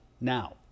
now